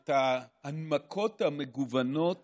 את ההנמקות המגוונות